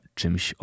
czymś